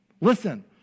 Listen